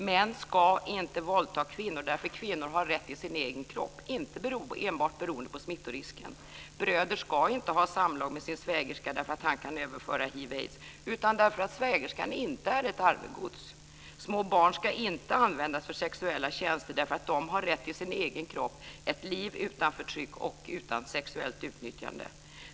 Män ska inte våldta kvinnor, därför att kvinnor har rätt till sin egen kropp, inte enbart beroende på smittorisken. En man ska inte ha samlag med sin svägerska, inte därför att han kan överföra hiv/aids utan därför att svägerskan inte är ett arvegods. Små barn ska inte användas för sexuella tjänster därför att de har rätt till sin egen kropp och ett liv utan förtryck och utan sexuellt utnyttjande.